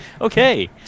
okay